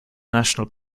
national